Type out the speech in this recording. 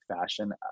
fashion